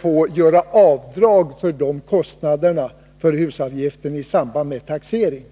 får göra avdrag för kostnaderna för husavgiften i samband med taxeringen.